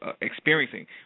experiencing